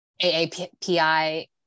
AAPI